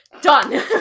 Done